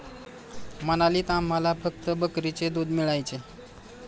मनालीत आम्हाला फक्त बकरीचे दूध मिळायचे